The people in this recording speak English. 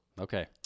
okay